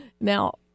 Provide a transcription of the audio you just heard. Now